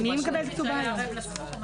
מי מקבלת כתובה היום?